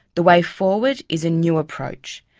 the way forward is a new approach,